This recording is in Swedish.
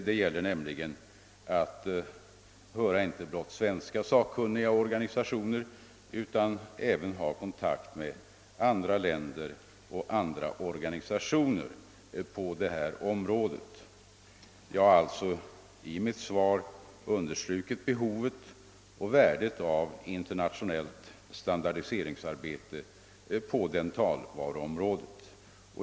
Det gäller nämligen inte blott att höra svenska sakkun niga och organisationer utan även att ha kontakt med andra länder och deras organisationer på detta område. Jag har i mitt svar understrukit behovet och värdet av internationellt standardiseringsarbete på dentalvaruområdet.